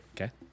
Okay